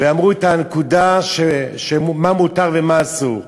ואמרו את הנקודה, מה מותר ומה אסור,